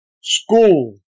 school